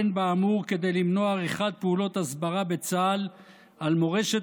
אין באמור כדי למנוע עריכת פעולות הסברה בצה"ל על מורשת